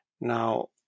Now